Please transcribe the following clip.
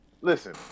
listen